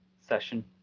session